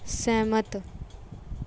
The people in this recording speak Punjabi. ਸਹਿਮਤ